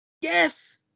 Yes